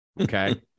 Okay